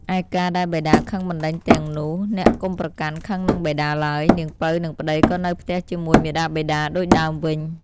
ឯការណ៍ដែលបិតាខឹងបណ្ដេញនាងនោះ អ្នកកុំប្រកាន់ខឹងនឹងបិតាឡើយ នាងពៅនិងប្ដីក៏នៅផ្ទះជាមួយមាតាបិតាដូចដើមវិញ។